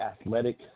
athletic